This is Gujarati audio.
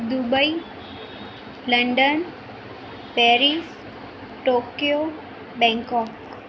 Dubai London Paris Tokyo bang coke